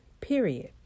period